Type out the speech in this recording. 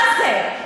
מה זה?